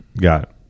got